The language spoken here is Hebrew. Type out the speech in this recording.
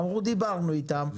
אמרו, דיברנו איתם.